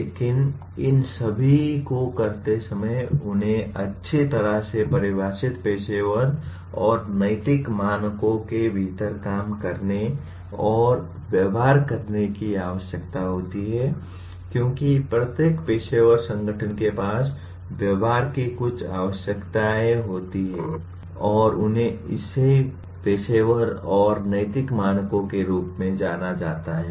लेकिन इन सभी को करते समय उन्हें अच्छी तरह से परिभाषित पेशेवर और नैतिक मानकों के भीतर काम करने और व्यवहार करने की आवश्यकता होती है क्योंकि प्रत्येक पेशेवर संगठन के पास व्यवहार की कुछ आवश्यकताएं होती हैं और इन्हें पेशेवर और नैतिक मानकों के रूप में जाना जाता है